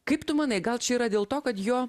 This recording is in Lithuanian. kaip tu manai gal čia yra dėl to kad jo